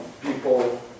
people